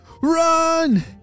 Run